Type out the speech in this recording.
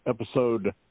episode